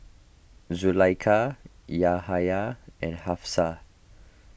Zulaikha Yahaya and Hafsa